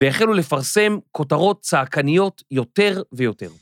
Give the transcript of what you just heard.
והחלו לפרסם כותרות צעקניות יותר ויותר.